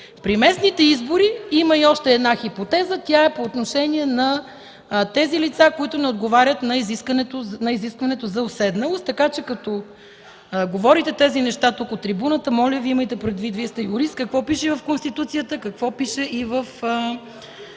При местните избори има и още една хипотеза – тя е по отношение на лицата, които не отговарят на изискването за уседналост. Така че като говорите от трибуната, моля Ви имайте предвид, Вие сте юрист, какво пише в Конституцията, какво пише и в